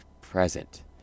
present